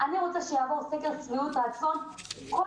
אני רוצה שיעבור סקר שביעות רצון בין כל